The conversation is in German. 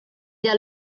der